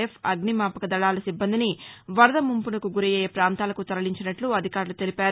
F అగ్నిమాపక దళాల సిబ్బందిని వరద ముంపునకు గురయ్యే ప్రాంతాలకు తరలించినట్లు అధికారులు తెలిపారు